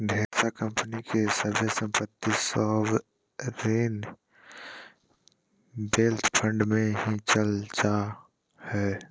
ढेर सा कम्पनी के सभे सम्पत्ति सॉवरेन वेल्थ फंड मे ही चल जा हय